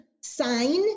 sign